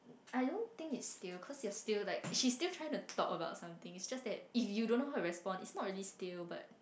I don't think it's stale cause you're still like she's still trying to talk about something is just that if you don't know how to respond is not really stale but